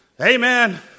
Amen